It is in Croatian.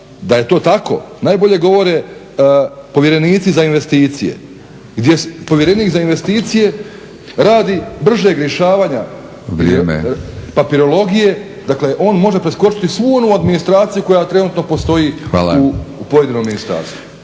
Da je to tako, najbolje govore povjerenici za investicije gdje povjerenik za investicije radi bržeg rješavanja… … /Upadica Batinić: Vrijeme./ …… papirologije, dakle on može preskočiti svu onu administraciju koja trenutno postoji u pojedinom ministarstvu.